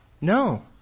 No